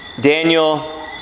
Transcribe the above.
Daniel